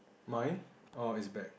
mine orh it's back